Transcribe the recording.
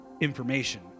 information